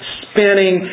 spinning